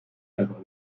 einfach